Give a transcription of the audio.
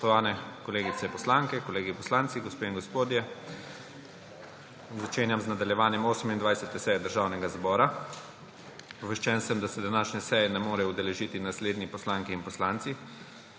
Spoštovane kolegice poslanke, kolegi poslanci, gospe in gospodje! Začenjam nadaljevanje 28. seje Državnega zbora. Obveščen sem, da se današnje seje ne morejo udeležiti naslednje poslanke in poslanci: